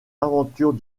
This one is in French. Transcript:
aventures